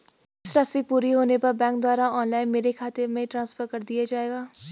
निवेश राशि पूरी होने पर बैंक द्वारा ऑनलाइन मेरे खाते में ट्रांसफर कर दिया जाएगा?